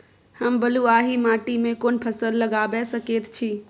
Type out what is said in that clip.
हम बलुआही माटी में कोन फसल लगाबै सकेत छी?